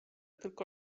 tylko